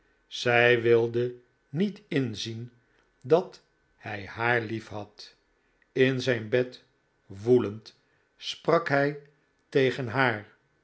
zij wilde niet inzien dat hij haar lief had in zijn bed woelend sprak hij tegen haar